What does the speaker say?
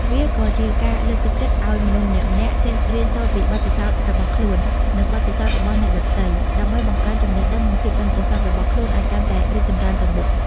វាក៏ជាការលើកទឹកចិត្តឱ្យមនុស្សម្នាក់ៗចេះរៀនសូត្រពីបទពិសោធន៍របស់ខ្លួន និងបទពិសោធន៍របស់អ្នកដទៃ ដើម្បីបង្កើនចំណេះដឹង និងភាពប៉ិនប្រសប់របស់ខ្លួនឱ្យកាន់តែរីកចម្រើនទៅមុខ។